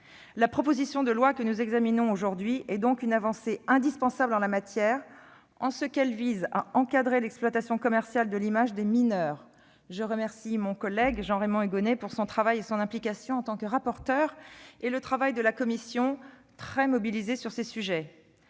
La proposition de loi que nous examinons aujourd'hui constitue donc une avancée indispensable en la matière, en ce qu'elle vise à encadrer l'exploitation commerciale de l'image des mineurs. Je remercie mon collègue Jean-Raymond Hugonet pour son travail et son implication en tant que rapporteur, ainsi que l'ensemble de la commission, très mobilisée sur ces sujets.